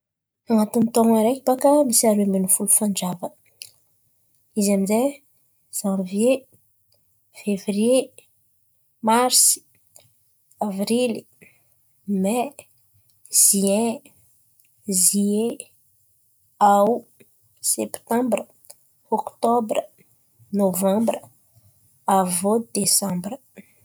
An̈atin'ny taon̈o araiky bakà misy aroe amby ny folo fanjava izy amin'zay: Zanvie, Fevrie, Marsy, Avrily, May, Ziain, Zie, Ao. Septambre, Oktobra, Novambra, avy eo Desambra.